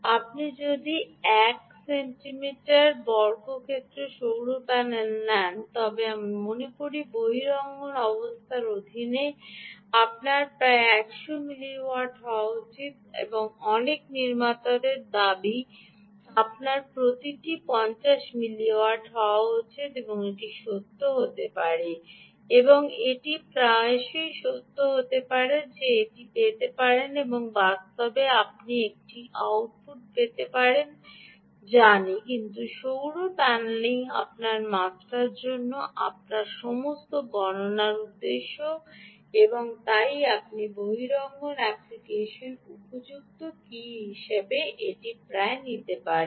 আপনি যদি এক সেন্টিমিটার বর্গক্ষেত্র সৌর প্যানেল নেন তবে আমি মনে করি বহিরঙ্গন অবস্থার অধীনে আপনার প্রায় 10 মিলি ওয়াট হওয়া উচিত অনেক নির্মাতাদের দাবি আপনার এমনকি 50 মিলি ওয়াট হওয়া উচিত এটি সত্য হতে পারে এবং এটি প্রায়শই সত্য হতে পারে যে আপনি এটি পেতে পারেন বাস্তবে আপনি আপনি এই আউটপুট পেতে পারেন জানি কিন্তু সৌর প্যানেলিং আপনার মাত্রা জন্য আপনার সমস্ত গণনা উদ্দেশ্যে এবং তাই আপনি বহিরঙ্গন অ্যাপ্লিকেশন উপযুক্ত কি হিসাবে এটি প্রায় নিতে পারেন